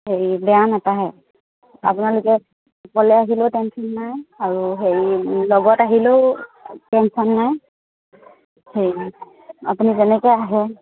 হেৰি বেয়া নেপায় আপোনালোকে অকলে আহিলেও টেনচন নাই আৰু হেৰি লগত আহিলেও টেনচন নাই হেৰি আপুনি যেনেকৈ আহে